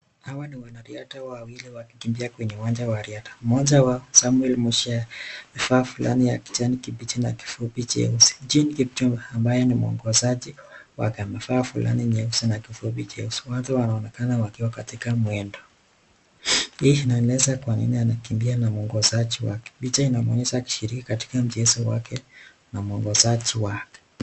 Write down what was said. Hawa ni wanariadha wawili wakikimbia kwenye uwanja wa riadha, mmoja wao Samuel Mushai amevaa fulana ya kijani kibichi na kifupi cheusi, Jean Kipchumba ambaye ni mwongozaji wake amevaa fulana nyeusi na kifupi jeusi. Mwanzo wanaonekana wakiwa katika mwendo, hii inaeleza kwanini anakimbia na mwongozaji wake, picha inaonyesha akishiriki katika mchezo wake na mwongozaji wake.